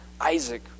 Isaac